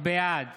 בעד